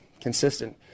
consistent